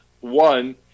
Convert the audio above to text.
One